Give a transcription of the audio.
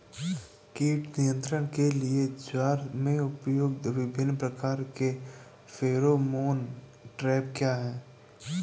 कीट नियंत्रण के लिए ज्वार में प्रयुक्त विभिन्न प्रकार के फेरोमोन ट्रैप क्या है?